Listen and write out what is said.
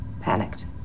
panicked